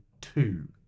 two